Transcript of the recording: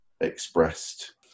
expressed